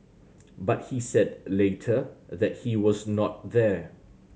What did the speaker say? but he said later that he was not there